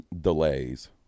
delays